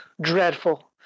dreadful